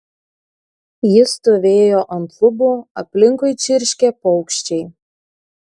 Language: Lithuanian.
ji stovėjo ant lubų aplinkui čirškė paukščiai